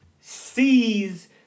sees